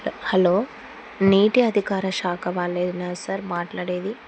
hello నీటి అధికారశాఖ వాళ్ళేనా సార్ మాట్లాడేది